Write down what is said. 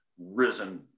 risen